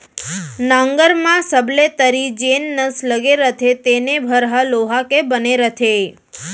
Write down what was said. नंगर म सबले तरी जेन नस लगे रथे तेने भर ह लोहा के बने रथे